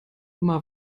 immer